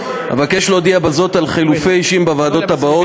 אבקש להודיע בזאת על חילופי אישים בוועדות האלה,